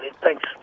Thanks